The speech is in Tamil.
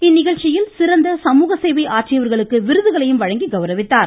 இந்நிகழ்ச்சியில் சிறந்த சமூகசேவை ஆற்றியவர்களுக்கு விருதுகளை வழங்கி கௌரவித்தார்